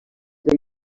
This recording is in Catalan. del